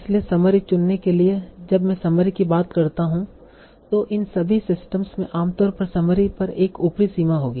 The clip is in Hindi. इसलिए समरी चुनने के लिए जब मैं समरी की बात करता हूं तो इन सभी सिस्टम्स में आमतौर पर समरी पर एक ऊपरी सीमा होगी